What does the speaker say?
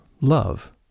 Love